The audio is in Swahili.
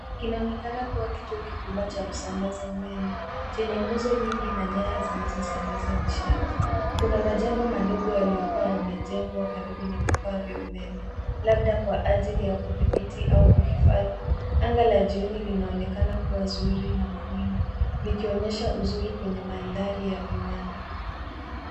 Kinaonekana kuwa kituo kikubwa cha kusambaza umeme, chenye nguzo nyingi na nyaya zinazosambaza nishati. Kuna majengo madogo yaliyokuwa yamejengwa karibu na vifaa vya umeme, labda kwa ajili ya kudhibiti au kuhifadhi. Anga la jioni linaonekana kuwa zuri na mawingu likionyesha uzuri kwenye mandhari ya viwanda.